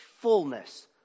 fullness